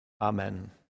Amen